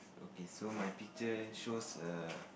okay so my picture shows a